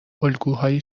الگوهای